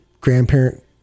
grandparent